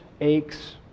aches